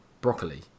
broccoli